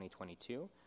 2022